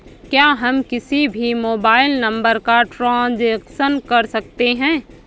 क्या हम किसी भी मोबाइल नंबर का ट्रांजेक्शन कर सकते हैं?